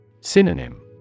Synonym